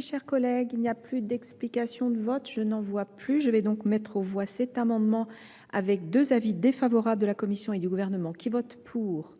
Cher collègue, il n'y a plus d'explication de votre, je n'en vois plus. Je vais donc mettre aux voix cet amendement avec deux avis défavorables de la commission et du Gouvernement qui vote pour